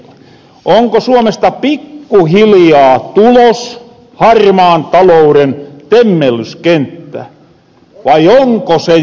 onko suomesta pikkuhiljaa tulos harmaan talouren temmellyskenttä vai onko se jo sitä